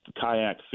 Kayak